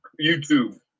YouTube